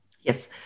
Yes